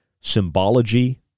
symbology